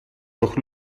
noch